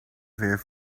ver